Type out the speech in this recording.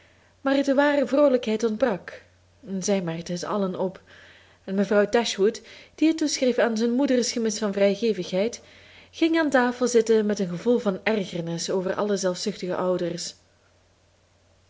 maar de ware vroolijkheid ontbrak zij merkten het allen op en mevrouw dashwood die het toeschreef aan zijn moeder's gemis van vrijgevigheid ging aan tafel zitten met een gevoel van ergernis over alle zelfzuchtige ouders